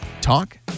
Talk